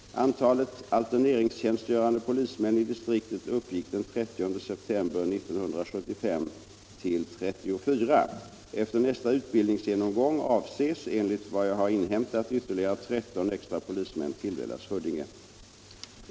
Antalet alterneringstjänstgörande polismän i distriktet uppgick den 30 september 1975 till 34. Efter nästa utbildningsgenomgång avses — enligt vad jag har inhämtat — ytterligare 13 extra polismän tilldelas Huddinge.